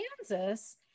Kansas